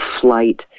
flight